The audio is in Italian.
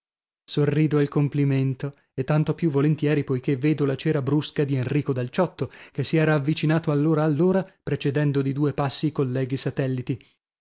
sorrido al complimento e tanto più volentieri poichè vedo la cera brusca di enrico dal ciotto che si era avvicinato allora allora precedendo di due passi i colleghi satelliti